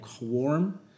warm